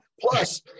plus